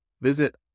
Visit